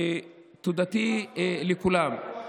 תודתי לכולם.